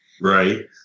right